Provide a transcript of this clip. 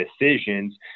decisions